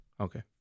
Okay